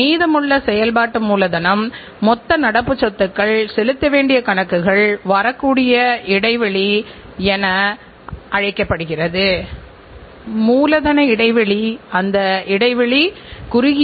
தரக் கட்டுப்பாடு நிறுவனத்தின் சிறந்த செயல்திறனை காப்பீடு செய்வதற்கும் நிறுவனத்தின் விவகாரங்களை கட்டுக்குள் வைத்திருப்பதற்கும் உதவக்கூடிய ஒரு முக்கியமான நுட்பமாகும்